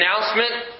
announcement